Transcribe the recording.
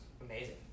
amazing